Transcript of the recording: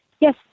yes